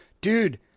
dude